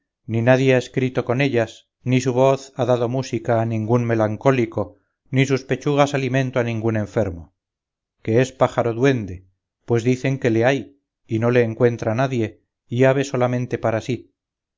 ni nadie ha escrito con ellas ni su voz ha dado música a ningún melancólico ni sus pechugas alimento a ningún enfermo que es pájaro duende pues dicen que le hay y no le encuentra nadie y ave solamente para sí